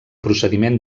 procediment